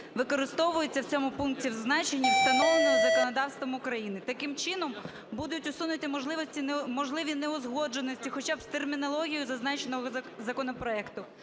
використовується у цьому пункті у значенні, встановленому законодавством України". Таким чином будуть усунуті можливі неузгодженості хоча б з термінологією зазначеного законопроекту.